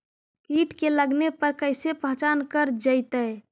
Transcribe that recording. कीट के लगने पर कैसे पहचान कर जयतय?